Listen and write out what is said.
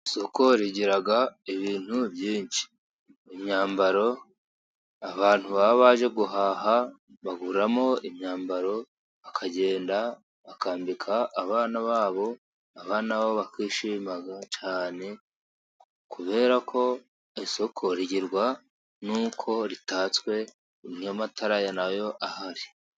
Isoko rigira ibintu byinshi. Imyambaro, abantu baba baje guhaha baguramo imyambaro, bakagenda bakambika abana babo, abana babo bakishima cyane, kubera ko isoko rigirwa n'uko ritatswe, n'amatara nayo ahari.